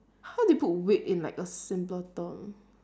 how do you put wit in like a simple term